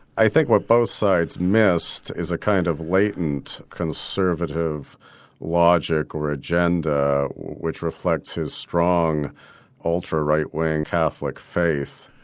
i think what both sides missed is a kind of latent conservative logic or agenda which reflects his strong ultra-right wing catholic faith.